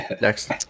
Next